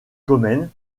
comnène